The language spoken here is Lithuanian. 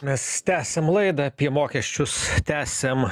mes tęsiam laidą apie mokesčius tęsiam